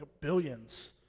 billions